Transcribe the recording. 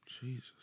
Jesus